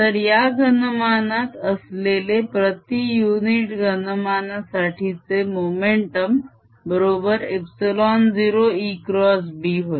तर या घनमानात असलेले प्रती युनिट घनमानासाठीचे मोमेंटम बरोबर ε0ExB होय